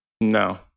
No